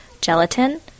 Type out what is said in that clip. gelatin